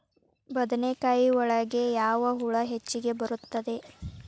ಬದನೆಕಾಯಿ ಒಳಗೆ ಯಾವ ಹುಳ ಹೆಚ್ಚಾಗಿ ಬರುತ್ತದೆ?